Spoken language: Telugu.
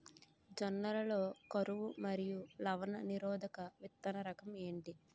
జొన్న లలో కరువు మరియు లవణ నిరోధక విత్తన రకం ఏంటి?